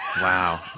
Wow